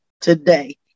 today